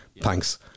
Thanks